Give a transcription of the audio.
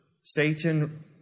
Satan